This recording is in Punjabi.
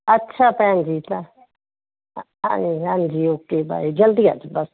ਅੱਛਾ ਭੈਣ ਜੀ ਜਾਂ ਹਾਂਜੀ ਹਾਂਜੀ ਓਕੇ ਬਾਏ ਜਲਦੀ ਆ ਜਾਓ ਬਸ